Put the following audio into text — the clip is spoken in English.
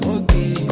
okay